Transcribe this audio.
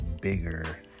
bigger